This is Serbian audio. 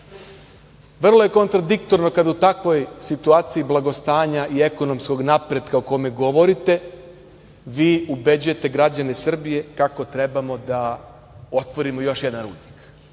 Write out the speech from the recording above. vaše. Vrlo je kontradiktorno kada u takvoj situaciji blagostanja i ekonomskog napretka, o kome govorite, vi ubeđujete građane Srbije kako treba da otvorimo još jedan rudnik.